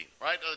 right